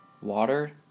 water